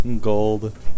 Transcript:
gold